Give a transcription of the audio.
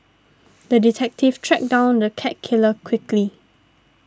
the detective tracked down the cat killer quickly